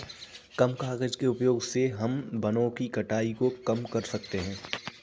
कम कागज़ के उपयोग से हम वनो की कटाई को कम कर सकते है